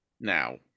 now